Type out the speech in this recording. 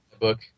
book